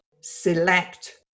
select